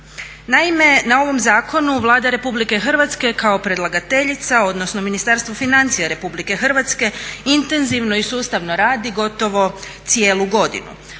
Naime, na ovom zakonu Vlada Republike Hrvatske kao predlagateljica, odnosno Ministarstvo financija RH intenzivno i sustavno radi gotovo cijelu godinu.